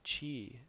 chi